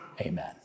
Amen